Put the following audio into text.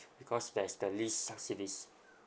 because that is the least subsidised